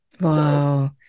Wow